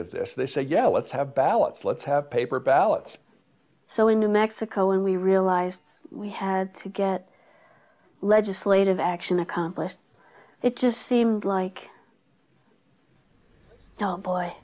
of this they say yeah let's have ballots let's have paper ballots so in new mexico when we realized we had to get legislative action accomplished it just seemed like no boy